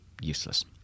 useless